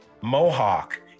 mohawk